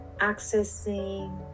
accessing